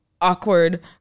awkward